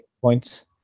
points